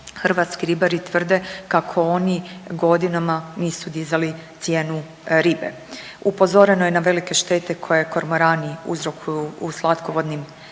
hrvatski ribari tvrde kako oni godinama nisu dizali cijenu ribe. Upozoreno je na velike štete koje kormorani uzrokuju u slatkovodnim ribnjacima,